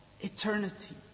eternity